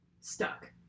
stuck